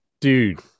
Dude